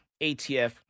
ATF